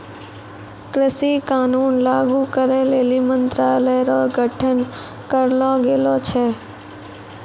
कृषि कानून लागू करै लेली मंत्रालय रो गठन करलो गेलो छै